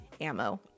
ammo